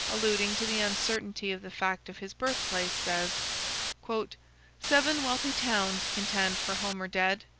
alluding to the uncertainty of the fact of his birthplace, says seven wealthy towns contend for homer dead,